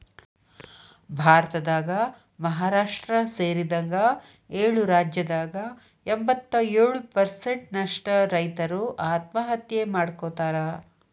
ಭಾರತದಾಗ ಮಹಾರಾಷ್ಟ್ರ ಸೇರಿದಂಗ ಏಳು ರಾಜ್ಯದಾಗ ಎಂಬತ್ತಯೊಳು ಪ್ರಸೆಂಟ್ ನಷ್ಟ ರೈತರು ಆತ್ಮಹತ್ಯೆ ಮಾಡ್ಕೋತಾರ